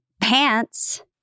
Pants